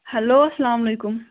hello السلام علیکُم